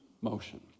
motion